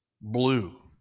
blue